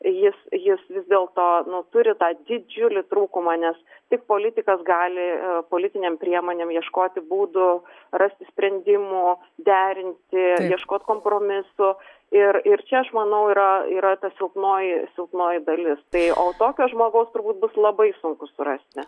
jis jis vis dėlto nu turi tą didžiulį trūkumą nes tik politikas gali politinėm priemonėm ieškoti būdų rasti sprendimų derinti ieškot kompromisų ir ir čia aš manau yra yra ta silpnoji silpnoji dalis tai o tokio žmogaus turbūt bus labai sunku surasti